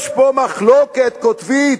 יש פה מחלוקת קוטבית,